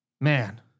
Man